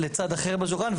לצד אחר בשולחן,